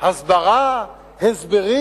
הסברה, הסברים.